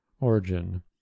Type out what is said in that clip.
Origin